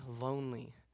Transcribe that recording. lonely